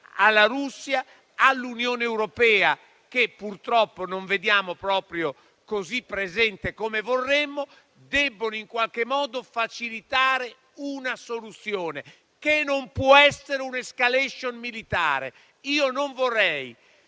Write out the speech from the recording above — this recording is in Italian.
alla Russia, all'Unione europea, che purtroppo non vediamo proprio così presente come vorremmo. Tutti debbono in qualche modo facilitare una soluzione, che non può essere un'*escalation* militare. Non vorrei